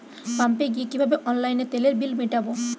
পাম্পে গিয়ে কিভাবে অনলাইনে তেলের বিল মিটাব?